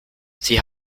sie